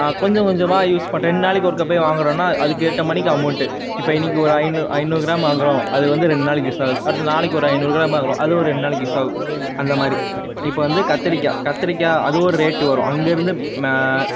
கொஞ்சம் கொஞ்சமாக யூஸ் பண் ரெண்டு நாளைக்கு ஒருக்க வாங்குறோன்னா அதுக்கு ஏற்றமானிக்கி அமௌண்ட்டு இப்போ இன்றைக்கி ஒரு ஐந்நூ ஐந்நூறு க்ராம் வாங்குறோம் அது வந்து ரெண்டு நாளைக்கு யூஸ் ஆகுது அடுத்து நாளைக்கு ஒரு ஐந்நூறு க்ராம் வாங்குறோம் அது ஒரு ரெண்டு நாளைக்கு யூஸ் ஆகும் அந்த மாதிரி இப்போ வந்து கத்திரிக்காய் கத்திரிக்காய் அது ஒரு ரேட்டு வரும் அங்கேருந்து ம